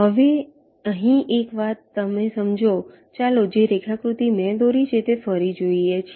હવે અહીં એક વાત તમે સમજો ચાલો જે રેખાકૃતિને મેં દોરી છે તે ફરી જોઈએ છે